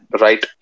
right